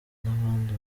n’abandi